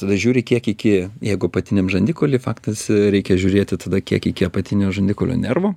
tada žiūri kiek iki jeigu apatiniam žandikauly faktas reikia žiūrėti tada kiek iki apatinio žandikaulio nervo